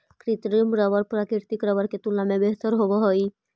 कृत्रिम रबर प्राकृतिक रबर के तुलना में बेहतर होवऽ हई